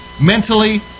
mentally